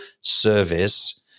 service